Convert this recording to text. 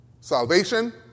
salvation